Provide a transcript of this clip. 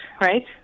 right